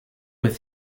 with